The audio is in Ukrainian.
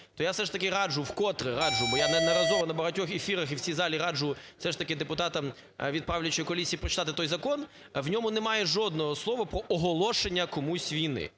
то я все ж таки раджу, в котре раджу, бо я неодноразово на багатьох ефірах і в цій залі раджу все ж таки депутатам від правлячої коаліції прочитати той закон, в ньому немає жодного слова про оголошення комусь війни.